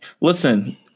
listen